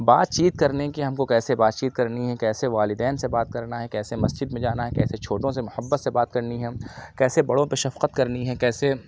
بات چیت کرنے کے ہم کو کیسے بات چیت کرنی ہے کیسے والدین سے بات کرنا ہے کیسے مسجد میں جانا ہے کیسے چھوٹوں سے محبت سے بات کرنی ہے کیسے بڑوں پہ شفقت کرنی ہے کیسے